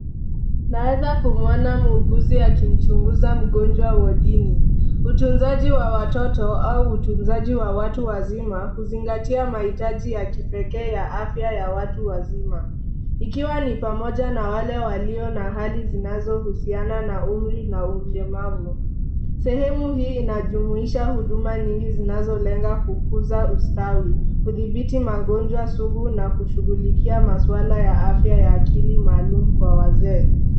Tunaweza kumuona muuguzi akimchunguza mgonjwa wadini. Utunzaji wa watoto au utunzaji wa watu wazima huzingatia mahitaji ya kipekee ya afya ya watu wazima ikiwa ni pamoja na wale walio na hali zinazo husiana na umri na ulemavu . Sehemu hii inajumuisha huduma nyingi zinazo lenga kukuza ustawi, kudhibiti magonjwa sugu na kushughulikia maswala ya afya yake aikili maalum kwa wazee.